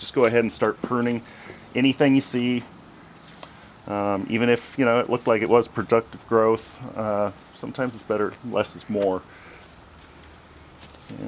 just go ahead and start earning anything you see even if you know it looked like it was productive growth sometimes it's better less is more